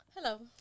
Hello